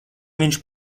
viņš